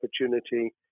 opportunity